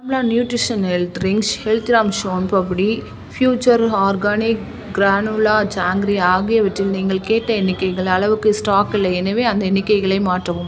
Complan nutrition health drinks ஹெல்த்ராம்ஸ் soan papdi future organics granular jangri ஆகியவற்றில் நீங்கள் கேட்ட எண்ணிக்கைகள் அளவுக்கு ஸ்டாக் இல்லை எனவே அந்த எண்ணிக்கைகளை மாற்றவும்